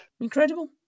incredible